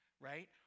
Right